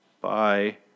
bye